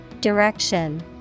Direction